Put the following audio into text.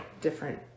different